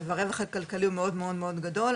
והרווח הכלכלי הוא מאוד מאוד מאוד גדול.